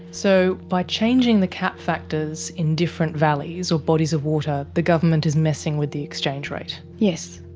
so by changing the cap factors in different valleys or bodies of water, the government is messing with the exchange rate. yes,